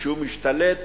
שמשתלט